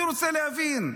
אני רוצה להבין.